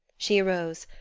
she arose,